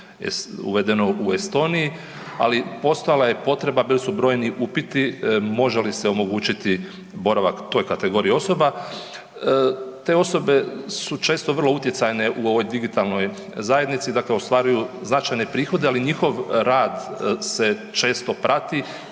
uvedeno u Estoniji, ali postojala je potreba, bili su brojni upiti može li se omogućiti boravak toj kategoriji osoba. Te osobe su često vrlo utjecajne u ovoj digitalnoj zajednici, dakle ostvaruju značajne prihode, ali njihov rad se često prati